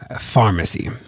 pharmacy